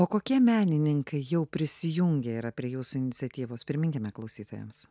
o kokie menininkai jau prisijungę yra prie jūsų iniciatyvos priminkime klausytojams